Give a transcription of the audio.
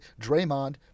Draymond